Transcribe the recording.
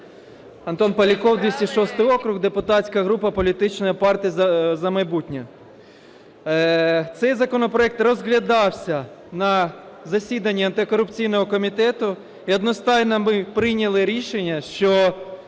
Антон Поляков, 206 округ, депутатська група політичної партії "За майбутнє". Цей законопроект розглядався на засіданні антикорупційного комітету і одностайно ми прийняли рішення, що